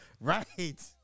Right